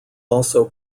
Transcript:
also